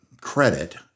credit